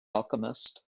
alchemist